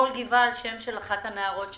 כל גבעה על שם אחת מהנערות שנרצחו.